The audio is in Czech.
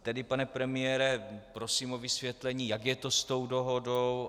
Tedy pane premiére, prosím o vysvětlení, jak je to s tou dohodou.